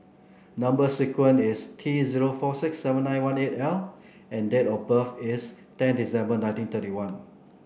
number sequence is T zero four six seven nine one eight L and date of birth is ten December nineteen thirty one